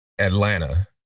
Atlanta